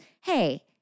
hey